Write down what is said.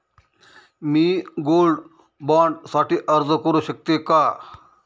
मी gold bond साठी अर्ज करु शकते का?